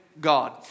God